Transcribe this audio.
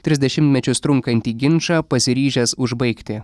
tris dešimtmečius trunkantį ginčą pasiryžęs užbaigti